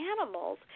animals